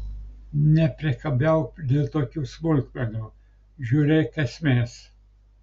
nepriekabiauk dėl tokių smulkmenų žiūrėk esmės